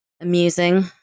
amusing